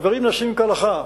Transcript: הדברים נעשים כהלכה,